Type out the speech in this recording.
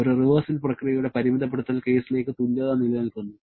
ഒരു റിവേർസിബിൾ പ്രക്രിയയുടെ പരിമിതപ്പെടുത്തൽ കേസിലേക്ക് തുല്യത നിലനിൽക്കുന്നു